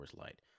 Light